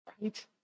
Right